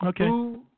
Okay